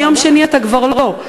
מיום שני אתה כבר לא.